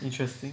interesting